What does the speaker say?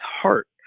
heart